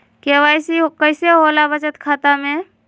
KYC कैसे होला बचत खाता में?